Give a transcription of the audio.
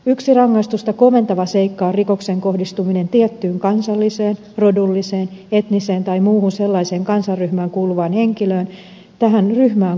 yksi rangaistusta koventava seikka on rikoksen kohdistuminen tiettyyn kansalliseen rodulliseen etniseen tai muuhun sellaiseen kansanryhmään kuuluvaan henkilöön tähän ryhmään kuulumisen perusteella